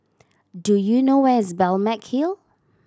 do you know where is Balmeg Hill